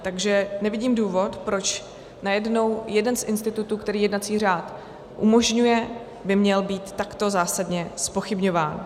Takže nevidím důvod, proč najednou jeden z institutů, který jednací řád umožňuje, by měl být takto zásadně zpochybňován.